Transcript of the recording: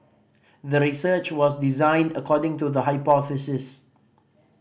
the research was designed according to the hypothesis